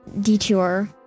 detour